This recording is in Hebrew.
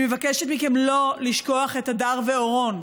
אני מבקשת מכם לא לשכוח את הדר ואורון.